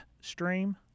stream